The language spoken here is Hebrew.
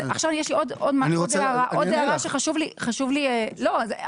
יש לי עוד הערה שחשוב לי לומר אותה.